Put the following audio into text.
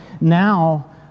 now